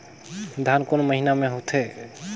धान कोन महीना मे होथे?